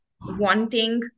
wanting